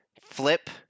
flip